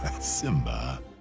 Simba